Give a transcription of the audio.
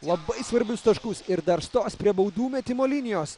labai svarbius taškus ir dar stos prie baudų metimo linijos